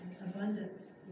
Abundance